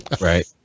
right